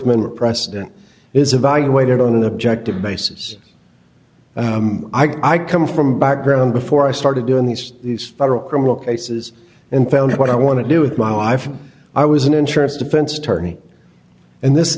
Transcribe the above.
amendment precedent is evaluated on an objective basis i come from a background before i started doing these these federal criminal cases and found what i want to do with my life i was an insurance defense attorney and this